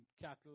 cattle